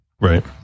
right